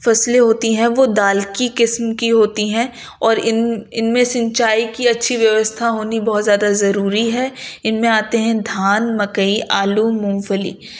فصلیں ہوتی ہیں وہ دال کی قسم کی ہوتی ہیں اور ان ان میں سینچائی کی اچّھی ویو ستھا ہونی بہت زیادہ ضروری ہے ان میں آتے ہیں دھان مکئی آلو مونگ پھلی